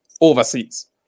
overseas